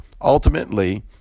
ultimately